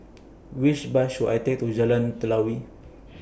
Which Bus should I Take to Jalan Telawi